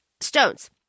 stones